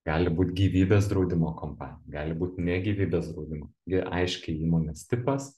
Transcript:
gali būt gyvybės draudimo kompanija gali būt ne gyvybės draudimo gi aiškiai įmonės tipas